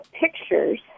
pictures